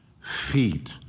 feet